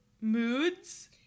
moods